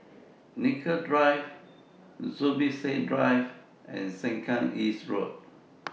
Nicoll Drive Zubir Said Drive and Sengkang East Road